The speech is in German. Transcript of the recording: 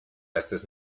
erstes